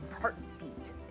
heartbeat